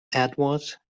edward